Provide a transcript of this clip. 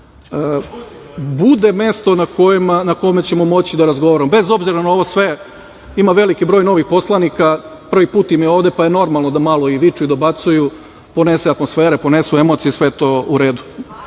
bude mesto na kome ćemo moći da razgovaramo, bez obzira na ovo sve, ima veliki broj novih poslanika, prvi put im je ovde, pa je normalno da malo viču i dobacuju, ponese atmosfera, ponesu emocije, sve je to u redu.